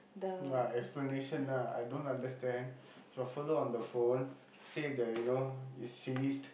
ya explanation lah I don't understand the fellow on the phone say that you know is ceased